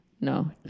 No